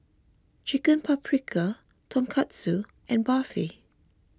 Chicken Paprikas Tonkatsu and Barfi